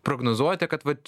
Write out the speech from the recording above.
prognozuojate kad